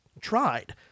tried